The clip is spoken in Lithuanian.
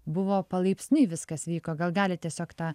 buvo palaipsniui viskas vyko gal galit tiesiog tą